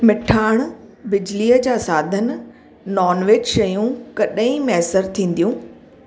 मिठाण बिजलीअ जा साधन नोन वेज शयूं कॾहिं मयसरु थींदियूं